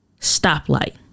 stoplight